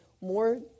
more